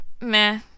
meh